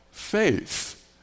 faith